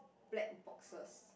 black boxes